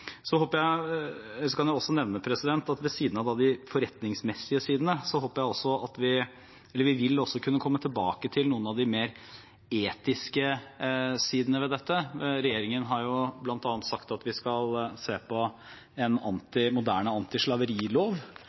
Jeg kan også nevne at ved siden av det forretningsmessige vil vi også komme tilbake til noen av de mer etiske sidene ved dette. Regjeringen har bl.a. sagt at vi skal se på en moderne antislaverilov,